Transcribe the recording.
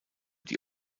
die